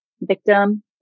victim